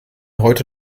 heute